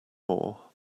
more